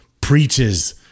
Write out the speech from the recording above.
preaches